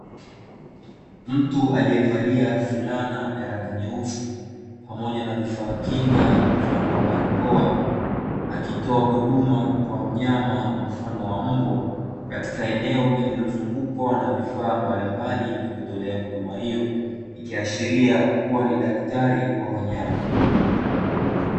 Mtu aliyevalia fulana ya rangi nyeusi, pamoja vifaa kinga mfano wa barakoa, akitoa huduma kwa mnyama mfano wa mbwa, katika eneo lililozungukwa na vifaa mbalimbali vya kutolea huduma hiyo, vikiashiria kuwa ni daktari wa wanyama.